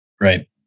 Right